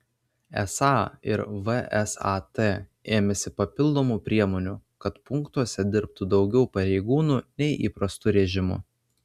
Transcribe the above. esą ir vsat ėmėsi papildomų priemonių kad punktuose dirbtų daugiau pareigūnų nei įprastu režimu